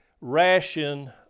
ration